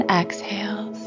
exhales